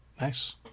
Nice